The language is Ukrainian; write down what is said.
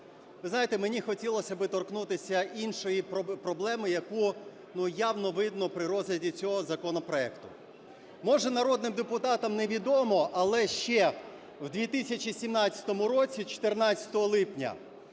ви знаєте, мені хотілося би торкнутися іншої проблеми, яку, ну, явно видно при розгляді цього законопроекту. Може, народним депутатам невідомо, але ще в 2017 році 14 липня